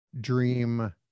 dream